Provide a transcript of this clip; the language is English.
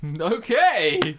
Okay